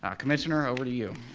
ah commissioner, over to you.